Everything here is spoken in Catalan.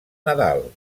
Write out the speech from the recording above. nadal